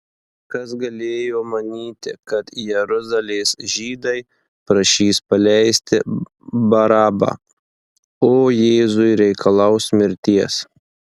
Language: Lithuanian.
kas galėjo manyti kad jeruzalės žydai prašys paleisti barabą o jėzui reikalaus mirties